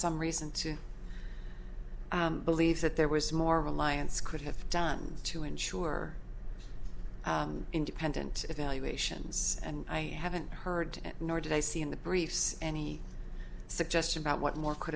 some reason to believe that there was more reliance could have done to ensure independent evaluation and i haven't heard nor did i see in the briefs any suggestion about what more could